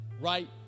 right